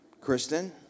Kristen